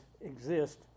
exist